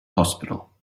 hospital